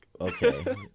Okay